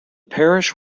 parish